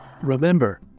Remember